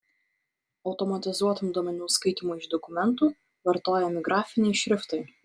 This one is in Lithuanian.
automatizuotam duomenų skaitymui iš dokumentų vartojami grafiniai šriftai